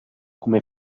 come